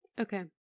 Okay